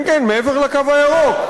כן, כן, מעבר לקו הירוק.